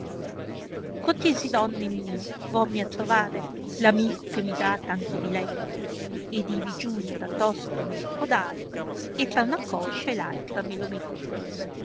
cortesi donne mie vorami a trovare l amico che mi dà tante diletto ed ivi giunta tosto mel fo dare e tra una coscia e l'altra me lo metto